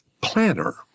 planner